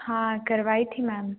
हाँ करवाई थी मैम